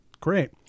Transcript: Great